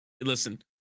listen